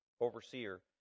overseer